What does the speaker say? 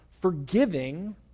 forgiving